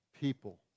people